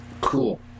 cool